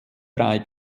drei